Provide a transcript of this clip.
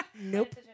Nope